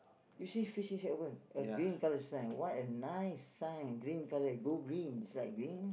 you see fishing shack open a green colour sign what a nice sign green colour go green is like green